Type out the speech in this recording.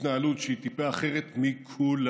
התנהלות שהיא טיפה אחרת מכולנו,